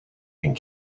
and